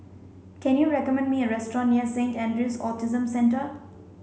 can you recommend me a restaurant near Saint Andrew's Autism Centre